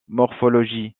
morphologie